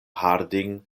harding